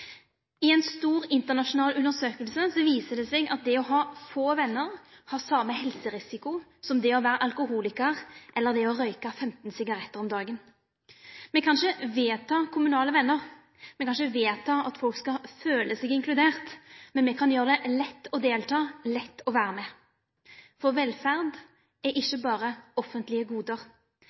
I ei stor internasjonal undersøking viser det seg at det å ha få vener har same helserisiko som det å vere alkoholikar eller det å røyke 15 sigarettar om dagen. Me kan ikkje vedta kommunale vener eller vedta at folk skal føle seg inkluderte. Men me kan gjere det lett å delta, lett å vere med. Velferd er ikkje berre offentlege gode.